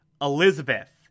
Elizabeth